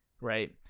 right